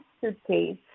suitcase